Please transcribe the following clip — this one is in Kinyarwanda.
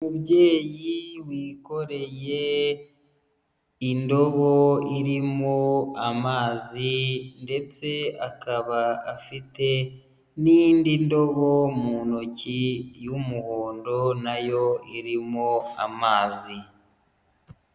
Umubyeyi wikoreye indobo irimo amazi ndetse akaba afite n'indi ndobo mu ntoki y'umuhondo nayo irimo amazi.